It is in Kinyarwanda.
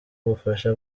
ubufasha